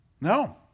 No